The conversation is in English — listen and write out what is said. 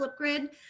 Flipgrid